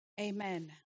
Amen